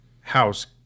house